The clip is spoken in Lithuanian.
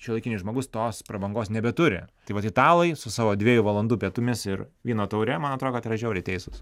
šiuolaikinis žmogus tos prabangos nebeturi tai vat italai su savo dviejų valandų pietumis ir vyno taure man atrodo kad yra žiauriai teisūs